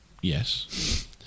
yes